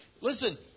listen